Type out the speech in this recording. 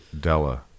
Della